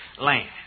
land